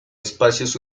espacios